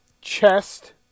chest